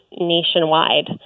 nationwide